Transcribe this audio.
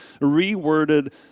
reworded